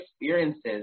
experiences